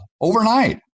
overnight